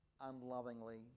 unlovingly